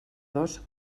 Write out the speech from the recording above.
dos